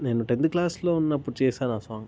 నేను టెంత్ క్లాస్లో ఉన్నప్పుడు చేశాను ఆ సాంగ్